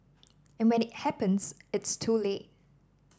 and when it happens it's too late